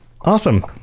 Awesome